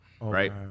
right